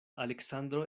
aleksandro